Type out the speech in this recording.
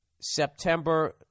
September